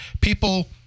people